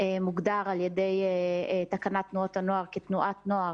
מוגדר על ידי תקנת תנועות הנוער כתנועת נוער,